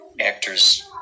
actors